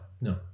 no